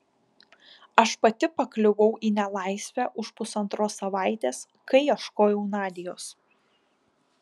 aš pati pakliuvau į nelaisvę už pusantros savaitės kai ieškojau nadios